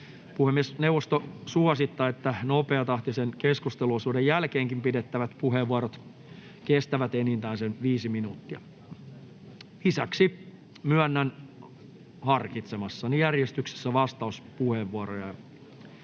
Puhemiesneuvosto suosittaa, että nopeatahtisen keskusteluosuuden jälkeenkin pidettävät puheenvuorot kestävät enintään sen 5 minuuttia. Lisäksi myönnän harkitsemassani järjestyksessä vastauspuheenvuoroja.